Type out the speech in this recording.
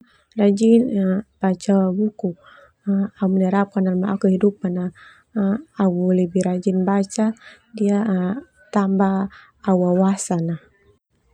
Rajin baca buku au menetapkan nai au kehidupan untuk tambah au wawasan.